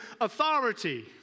authority